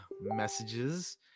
messages